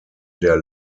der